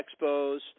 expos